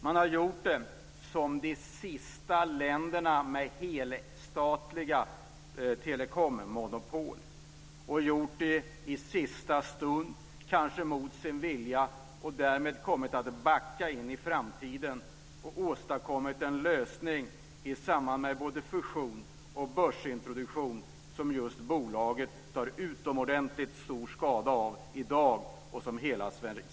Man har gjort det som de sista länderna med helstatliga telekommonopol och gjort det i sista stund, kanske mot sin vilja, och därmed kommit att backa in i framtiden och åstadkommit en lösning i samband med både fusion och börsintroduktion som bolaget och hela Sverige tar utomordentligt stor skada av i dag.